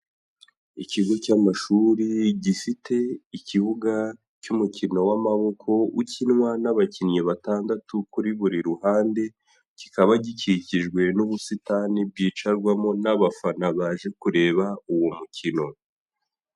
Ikigo cy'amashuri gifite ikibuga cy'umukino w'amaboko ukinwa n'abakinnyi batandatu kuri buri ruhande, kikaba gikikijwe n'ubusitani bwicarwamo n'abafana baje kureba uwo mukino.